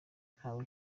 ntawe